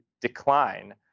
decline